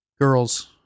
Girls